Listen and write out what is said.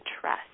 trust